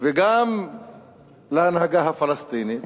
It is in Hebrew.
וגם להנהגה הפלסטינית